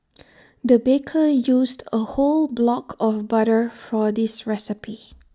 the baker used A whole block of butter for this recipe